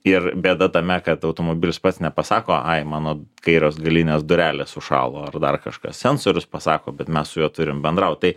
ir bėda tame kad automobilis pats nepasako ai mano kairios galinės durelės užšalo ar dar kažkas sensorius pasako bet mes su juo turim bendraut tai